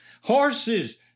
horses